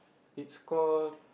it's call